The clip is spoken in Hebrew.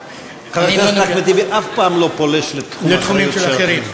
חבר הכנסת אחמד טיבי אף פעם לא פולש לתחום אחריות של אחרים.